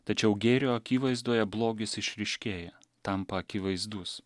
tačiau gėrio akivaizdoje blogis išryškėja tampa akivaizdus